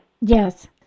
Yes